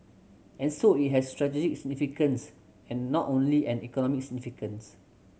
and so it has strategic significance and not only an economic significance